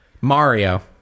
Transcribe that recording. Mario